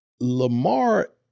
Lamar